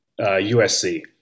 USC